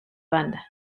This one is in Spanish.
banda